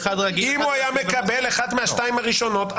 אחד רגיל --- אם הוא היה מקבל אחת מהשתיים הראשונות,